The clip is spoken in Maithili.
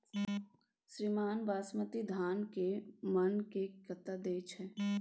श्रीमान बासमती धान कैए मअन के कट्ठा दैय छैय?